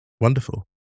Wonderful